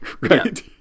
right